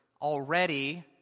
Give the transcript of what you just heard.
already